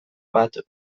bat